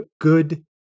good